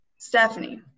Stephanie